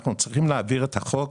אנחנו צריכים להעביר את החוק.